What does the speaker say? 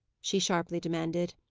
she sharply demanded.